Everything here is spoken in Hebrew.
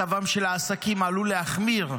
מצבם של העסקים עלול להחמיר,